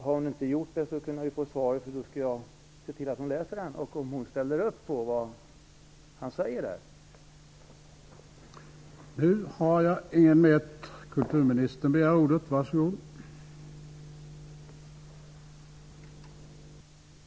Om hon inte har läst artikeln, så skall jag se till att hon läser den, för att få veta om hon ställer upp på vad han säger i artikeln.